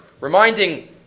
reminding